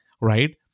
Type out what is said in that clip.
right